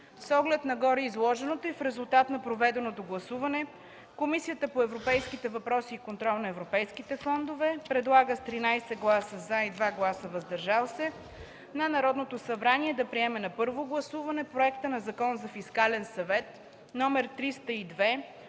С оглед на гореизложеното и в резултат на проведеното гласуване, Комисията по европейските въпроси и контрол на европейските фондове предлага с 13 гласа „за” и 2 гласа „въздържали се” на Народното събрание да приеме на първо гласуване Проект на Закон за Фискален съвет, №